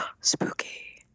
Spooky